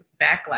backlash